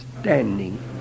standing